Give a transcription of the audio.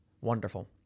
Wonderful